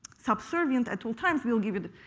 subservient at all times, we'll give it.